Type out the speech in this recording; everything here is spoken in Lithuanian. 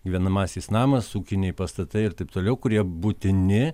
gyvenamasis namas ūkiniai pastatai ir taip toliau kurie būtini